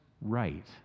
right